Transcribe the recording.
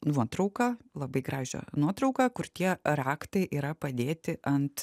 nuotrauką labai gražią nuotrauką kur tie raktai yra padėti ant